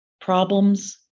problems